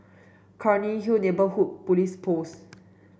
Cairnhill Neighbourhood Police Post